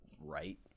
right